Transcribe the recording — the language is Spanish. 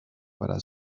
para